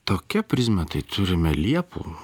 tokia prizme tai turime liepų